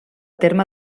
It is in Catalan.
terme